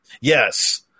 Yes